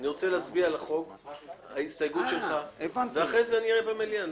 אני רוצה להצביע על הצעת החוק ואחרי כן נראה במליאה.